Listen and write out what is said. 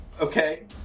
Okay